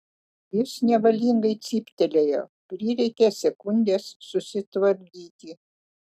jis nevalingai cyptelėjo prireikė sekundės susitvardyti